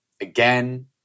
again